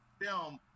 film